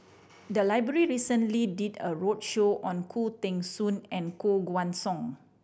the library recently did a roadshow on Khoo Teng Soon and Koh Guan Song